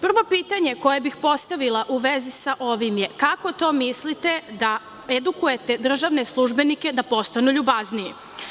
Prvo pitanje koje bi postavila u vezi sa ovim je, kako to mislite da edukujete državne službenike da postanu ljubazniji?